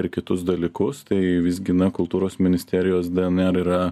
ir kitus dalykus tai visgi na kultūros ministerijos dnr yra